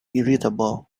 irritable